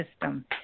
system